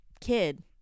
kid